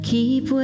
Keep